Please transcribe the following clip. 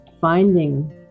finding